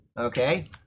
okay